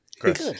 Good